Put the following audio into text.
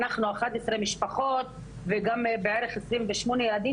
11 משפחות וגם בערך 28 ילדים,